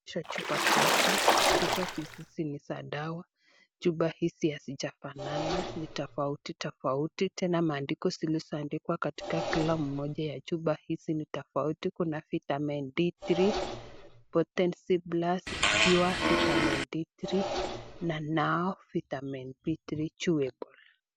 Chupa tatu, chipa hizi ni za dawa, chupa hizi hazijafanana, ni tofautitofauti tena maandiko zilizo andikwa katika kila moja ya chupa hizi, kuna vitamin d three, pure vitamin d thre e na now vitamind d three durable .